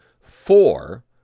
four